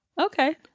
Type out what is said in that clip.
Okay